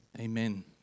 amen